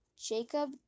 Jacob